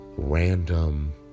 random